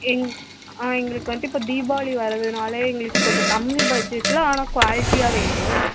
எங் ஆ எங்களுக்கு வந்து இப்போ தீபாவளி வரதுனால எங்களுக்கு கொஞ்சம் கம்மி பட்ஜெட்டில் ஆனால் குவாலிட்டியாக வேணும்